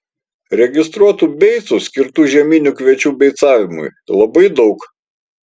registruotų beicų skirtų žieminių kviečių beicavimui labai daug